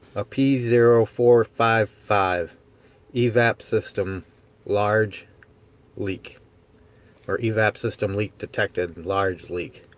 a p zero four five five evap system large leak or evap system leak detected large leak